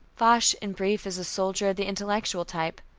foch, in brief, is a soldier of the intellectual type.